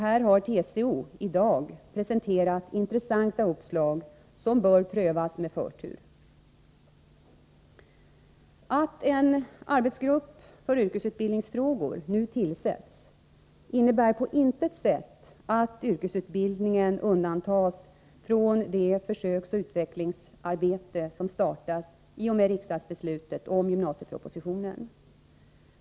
Här har TCO i dag presenterat intressanta uppslag som bör prövas med förtur. Att en arbetsgrupp för yrkesutbildningsfrågor nu tillsätts innebär på intet sätt att yrkesutbildning undantas från det försöksoch utvecklingsarbete som startas i och med riksdagsbeslutet om gymnasiepropositionen.